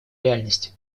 реальности